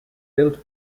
built